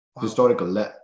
Historical